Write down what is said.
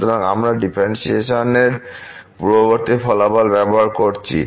সুতরাং আমরা ডিফারেন্টশিয়েশন এর পূর্ববর্তী ফলাফল ব্যবহার করছি